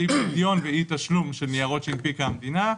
לאי פדיון ואי תשלום של ניירות שהנפיקה המדינה.